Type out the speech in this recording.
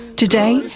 today,